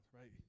right